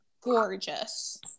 gorgeous